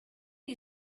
you